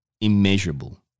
immeasurable